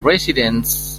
residents